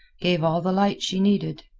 gave all the light she needed.